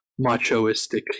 machoistic